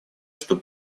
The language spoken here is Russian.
что